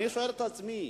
אני שואל את עצמי,